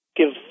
give